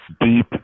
deep